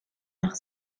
noch